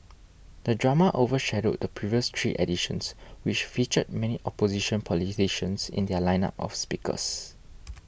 the drama overshadowed the previous three editions which featured many opposition politicians in their lineup of speakers